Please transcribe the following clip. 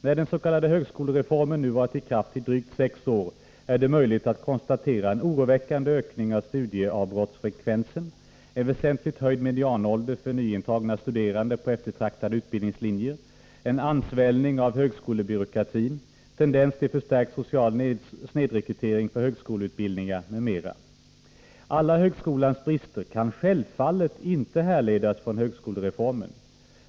När den s.k. högskolereformen nu varit i kraft i drygt sex år, är det möjligt att konstatera en oroväckande ökning av studieavbrottsfrekvensen, en väsentligt höjd medianålder för nyintagna studerande på eftertraktade utbildningslinjer, en ansvällning av högskolebyråkratin, en tendens till förstärkt social snedrekrytering till högskoleutbildningar m.m. Alla högskolans brister kan självfallet inte härledas från högskolereformen.